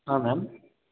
ಹಾಂ ಮ್ಯಾಮ್